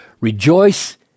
rejoice